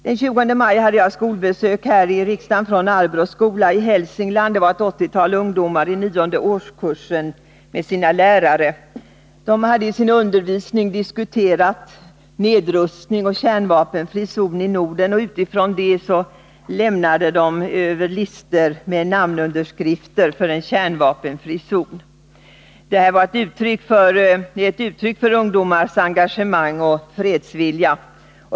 Den 20 maj hade jag besök här i riksdagen från Arbrå skola i Hälsingland. Det var ett åttiotal ungdomar i nionde årskursen och deras lärare. De hade i sin undervisning diskuterat nedrustning och en kärnvapenfri zon i Norden, och utifrån det överlämnade de listor med namnunderskrifter för en kärnvapenfri zon. Det är ett uttryck för ungdomars engagemang och fredsvilja.